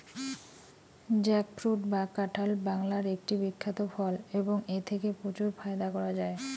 jackfruit বা কাঁঠাল বাংলার একটি বিখ্যাত ফল এবং এথেকে প্রচুর ফায়দা করা য়ায়